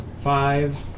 Five